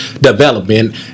development